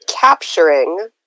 capturing